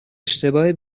اشتباه